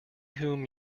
whom